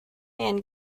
man